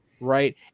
Right